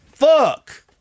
Fuck